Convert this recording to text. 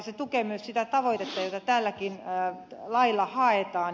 se tukee myös sitä tavoitetta jota tälläkin lailla haetaan